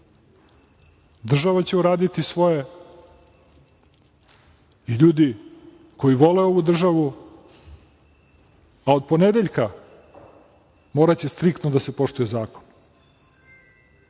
Država će uraditi svoje i ljudi koji vole ovu državu. Od ponedeljka moraće striktno da se poštuje zakon.